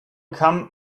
come